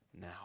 now